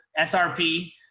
srp